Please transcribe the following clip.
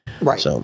Right